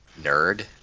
nerd